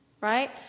right